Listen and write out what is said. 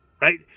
right